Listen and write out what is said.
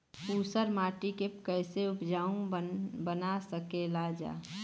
ऊसर माटी के फैसे उपजाऊ बना सकेला जा?